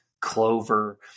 clover